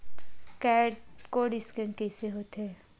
Code scan कइसे होथे?